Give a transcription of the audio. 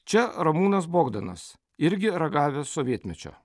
čia ramūnas bogdanas irgi ragavęs sovietmečio